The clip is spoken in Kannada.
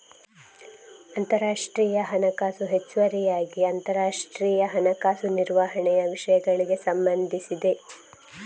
ಅಂತರರಾಷ್ಟ್ರೀಯ ಹಣಕಾಸು ಹೆಚ್ಚುವರಿಯಾಗಿ ಅಂತರರಾಷ್ಟ್ರೀಯ ಹಣಕಾಸು ನಿರ್ವಹಣೆಯ ವಿಷಯಗಳಿಗೆ ಸಂಬಂಧಿಸಿದೆ